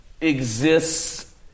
exists